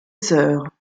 sœurs